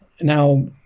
Now